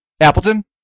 Appleton